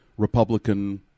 Republican